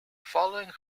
following